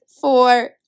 four